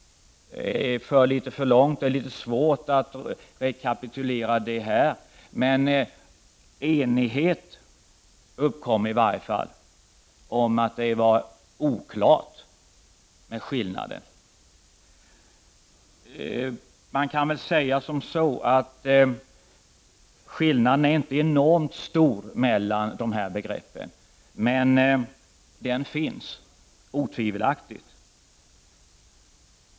Den är svår att rekapitulera, och det skulle föra alltför långt att göra det här. Enighet uppkom i varje fall om att skillnaden var oklar. Skillnaden mellan dessa begrepp är inte enormt stor, men den finns, otvivelaktigt.